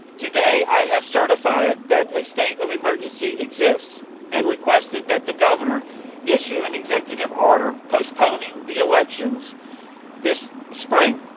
today i have certified that a state of emergency exists and requested that the governor issue an executive order postponing the elections this spring.